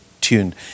tuned